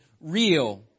real